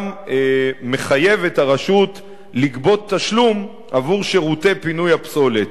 מחייב את הרשות לגבות תשלום עבור שירותי פינוי הפסולת,